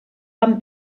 van